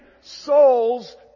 souls